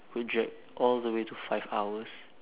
could drag all the way to five hours